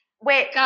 Wait